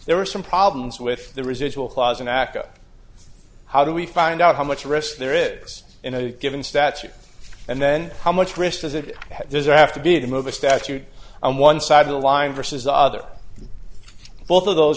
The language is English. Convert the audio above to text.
there are some problems with the residual clause in aca how do we find out how much risk there is in a given statute and then how much risk is it does it have to be to move a statute on one side of the line versus the other both of those